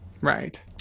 Right